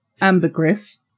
ambergris